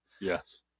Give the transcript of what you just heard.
yes